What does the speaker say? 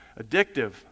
addictive